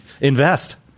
invest